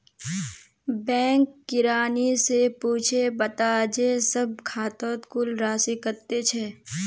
bank किरानी स पूछे बता जे सब खातौत कुल राशि कत्ते छ